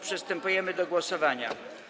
Przystępujemy do głosowania.